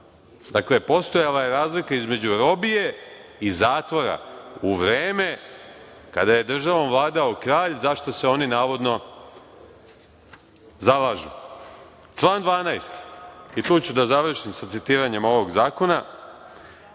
Dakle, postojala je razlika između robije i zatvora, u vreme kada je državom vladao kralj, za šta se oni, navodno, zalažu. Član 12, i tu ću da završim sa citiranjem ovog zakona: